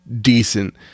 decent